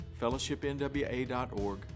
fellowshipnwa.org